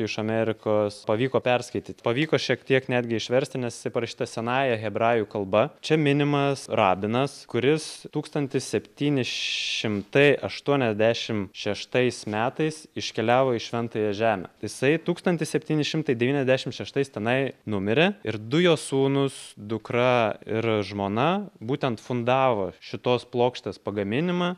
iš amerikos pavyko perskaityt pavyko šiek tiek netgi išversti nes jisai parašytas senąja hebrajų kalba čia minimas rabinas kuris tūkstantis septyni šimtai aštuoniasdešim šeštais metais iškeliavo į šventąją žemę jisai tūkstantos septyni šimtai devyniasdešim šeštais tenai numirė ir du jo sūnūs dukra ir žmona būtent fundavo šitos plokštės pagaminimą